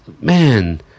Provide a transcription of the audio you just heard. man